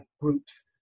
groups